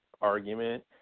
argument